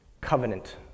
covenant